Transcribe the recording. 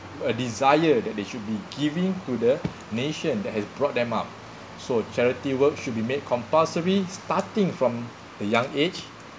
a desire that they should be giving to the nation that has brought them up so charity work should be made compulsory starting from a young age